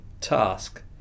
task